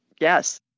Yes